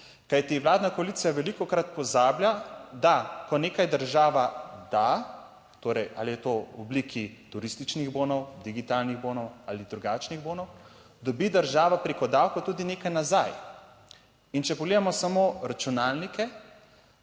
Kajti vladna koalicija velikokrat pozablja, da ko nekaj država da, torej, ali je to v obliki turističnih bonov, digitalnih bonov ali drugačnih bonov, dobi država preko davkov tudi nekaj nazaj. In če pogledamo samo računalnike,